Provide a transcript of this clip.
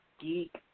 Geek